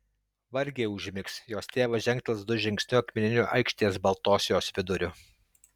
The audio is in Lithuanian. vargiai užmigs jos tėvas žengtels du žingsniu akmeniniu aikštės baltos jos viduriu